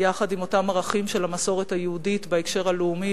יחד עם אותם ערכים של המסורת היהודית בהקשר הלאומי,